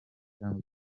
cyangwa